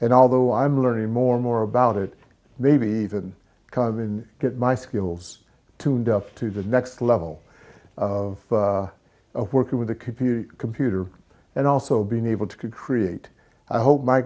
and although i'm learning more and more about it maybe that come in get my skills tuned up to the next level of of working with a computer computer and also being able to create i hope my